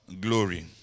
glory